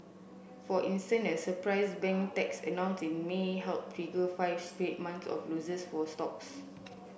for instance a surprise bank tax announce in May help trigger five straight months of losses for stocks